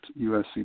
USC